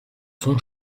sont